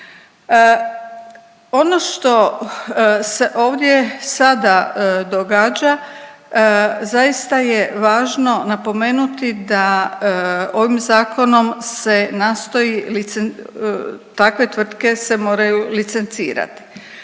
Ono što se ovdje sada događa zaista je važno napomenuti da ovim zakonom se nastoji takve tvrtke se moraju licencirati